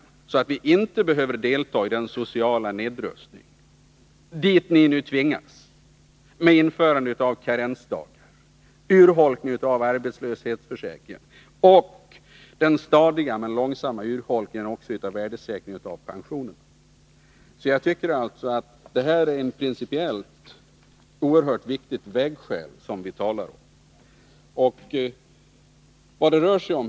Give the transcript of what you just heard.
Vi behöver därför inte medverka till den sociala nedrustning som ni nu tvingas till, genom införandet av karensdagar, urholkningen av arbetslöshetsförsäkringen och den stadiga men långsamma urholkningen av värdesäkringen av pensionerna. Det är alltså ett principiellt oerhört viktigt vägskäl som vi nu talar om.